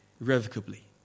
irrevocably